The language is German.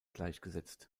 gleichgesetzt